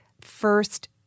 first